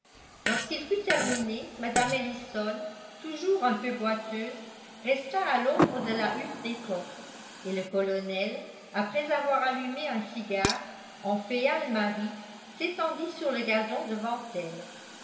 lorsqu'il fut terminé mme ellison toujours un peu boiteuse resta à l'ombre de la hutte d'écorce et le colonel après avoir allumé un cigare en féal mari s'étendit sur le gazon devant elle